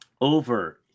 over-